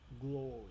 glory